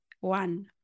one